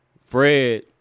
Fred